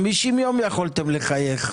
50 יום יכולתם לחייך.